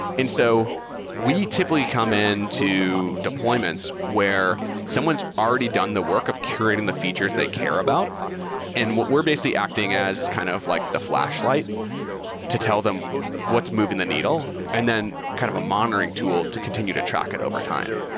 so we typically come in to deployments where someone's already done the work of curating the features they care about and what we're basically acting as is kind of like the flashlight to tell them what's moving the needle and then kind of a monitoring tool to continue to track it overtime.